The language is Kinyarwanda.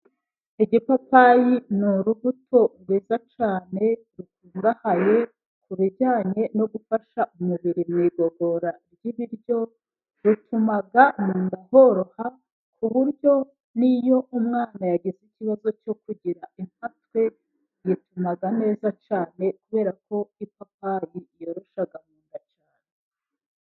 Igipapayi ni urubuto rwiza cyane; rukungahaye ku bijyanye no gufasha umubiri mu igogora ry'ibiryo, rutuma mu nda horoha ku buryo n'iyo umwana yagize ikibazo cyo kugira impatwe, yituma neza cyane kubera ko ipapayi iramufasha cyane.